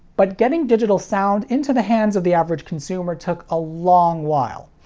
but getting digital sound into the hands of the average consumer took a long while.